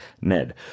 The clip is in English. NED